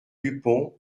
dupont